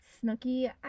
Snooky